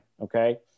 okay